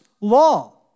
law